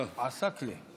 טוב, עסאקלה.